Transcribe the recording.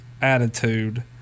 attitude